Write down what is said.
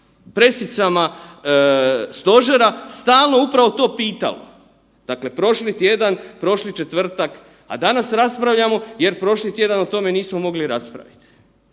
pressicama stožera stalno upravo to pitalo. Dakle prošli tjedan, prošli četvrtak, a danas raspravljamo jer prošli tjedan o tome nismo mogli raspravit.